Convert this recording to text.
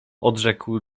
odrzekł